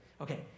Okay